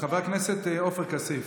חבר הכנסת עופר כסיף.